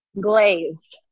glaze